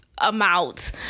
Amount